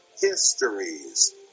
histories